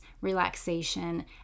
relaxation